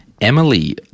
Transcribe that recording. Emily